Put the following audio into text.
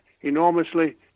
enormously